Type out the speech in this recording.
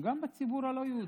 גם בציבור הלא-יהודי,